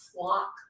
flock